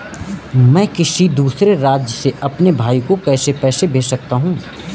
मैं किसी दूसरे राज्य से अपने भाई को पैसे कैसे भेज सकता हूं?